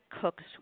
cooks